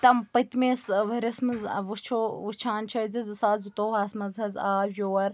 تَمہِ پٔتمِس ؤرِس منٛز ٲں وُچھو وُچھان چھِ أسۍ زِ زٕ ساس زٕتووُہَس منٛز حظ آو یور